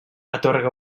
atorga